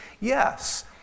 Yes